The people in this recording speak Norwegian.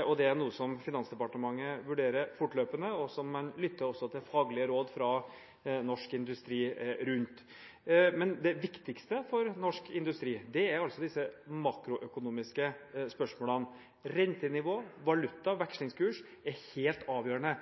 og dette er noe som Finansdepartementet vurderer fortløpende, og man lytter også til faglige råd fra norsk industri rundt dette. Men det viktigste for norsk industri er altså disse makroøkonomiske spørsmålene – rentenivå, valuta og vekslingskurs er helt avgjørende.